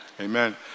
Amen